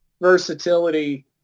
versatility